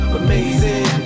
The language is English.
amazing